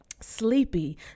Sleepy